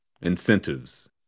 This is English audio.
incentives